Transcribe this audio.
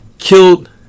Killed